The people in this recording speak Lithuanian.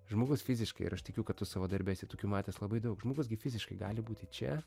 žmogus fiziškai ir aš tikiu kad tu savo darbe esi tokių matęs labai daug žmogus gi fiziškai gali būti čia